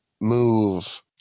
move